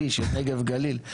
שלי של נגב גליל,